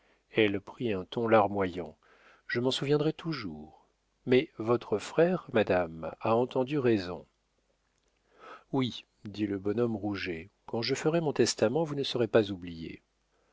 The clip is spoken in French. elle prit un ton larmoyant je m'en souviendrai toujours mais votre frère madame a entendu raison oui dit le bonhomme rouget quand je ferai mon testament vous ne serez pas oubliés